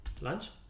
Lunch